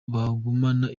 bagumana